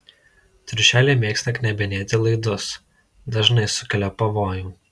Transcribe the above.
triušeliai mėgsta knebinėti laidus dažnai sukelia pavojų